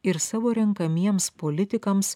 ir savo renkamiems politikams